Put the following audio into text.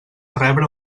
rebre